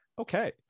Okay